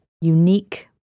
unique